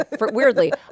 weirdly